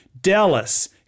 Dallas